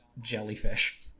jellyfish